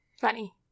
Funny